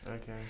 okay